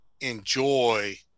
enjoy